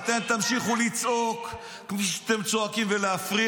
אתם תמשיכו לצעוק -- מספיק כבר,